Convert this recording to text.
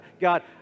God